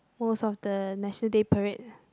most of the National Day Parade